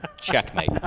Checkmate